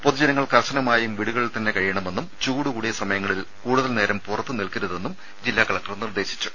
പൊതുജനങ്ങൾകർശനമായും വീടുകളിൽ തന്നെ കഴിയണമെന്നും ചൂട് കൂടിയ സമയങ്ങളിൽ കൂടുതൽ നേരം പുറത്തു നിൽക്കരുതെന്നും ജില്ലാ കലക്ടർ നിർദ്ദേശിച്ചു